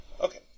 Okay